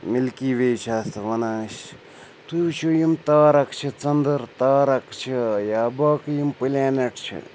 milky وے چھِ اَتھ وَنان أسۍ تُہۍ وٕچھِو یِم تارَک چھِ ژٔنٛدٕر تارَک چھِ یا باقٕے یِم پٕلینَٹ چھِ